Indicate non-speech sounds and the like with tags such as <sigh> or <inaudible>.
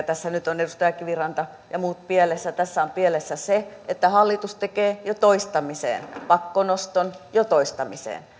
<unintelligible> tässä nyt ovat edustaja kiviranta ja muut pielessä tässä on pielessä se että hallitus tekee jo toistamiseen pakkonoston jo toistamiseen